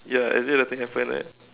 ya as if nothing happen like that